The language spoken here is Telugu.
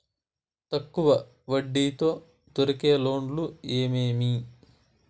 తక్కువ వడ్డీ తో దొరికే లోన్లు ఏమేమీ?